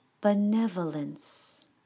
benevolence